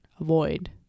avoid